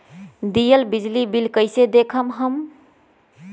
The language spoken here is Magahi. दियल बिजली बिल कइसे देखम हम?